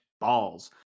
balls